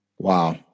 Wow